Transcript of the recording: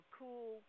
cool –